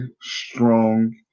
strong